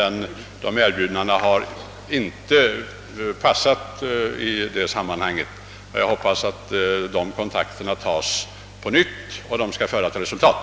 Men dessa erbjudanden har tydligen inte passat i sammanhanget, och jag hoppas därför att man på nytt tar kontakt med hovförvaltningen och att detta skall kunna leda till resultat.